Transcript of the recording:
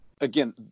again